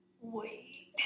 Wait